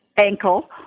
ankle